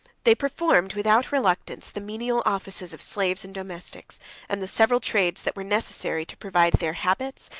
they performed, without reluctance, the menial offices of slaves and domestics and the several trades that were necessary to provide their habits,